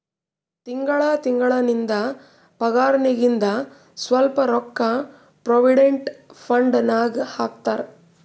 ತಿಂಗಳಾ ತಿಂಗಳಾ ನಿಂದ್ ಪಗಾರ್ನಾಗಿಂದ್ ಸ್ವಲ್ಪ ರೊಕ್ಕಾ ಪ್ರೊವಿಡೆಂಟ್ ಫಂಡ್ ನಾಗ್ ಹಾಕ್ತಾರ್